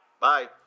Bye